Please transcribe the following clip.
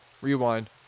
Rewind